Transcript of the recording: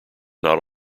not